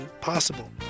possible